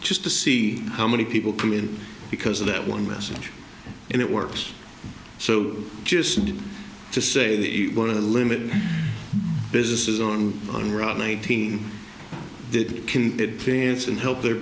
just to see how many people come in because of that one message and it works so just to say that one of the limited businesses on on route nineteen that can advance and help their